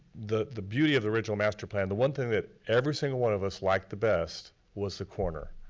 the the beauty of the original master plan, the one thing that every single one of us liked the best was the corner.